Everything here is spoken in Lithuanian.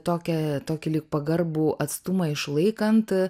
tokią tokį lyg pagarbų atstumą išlaikant